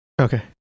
Okay